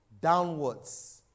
downwards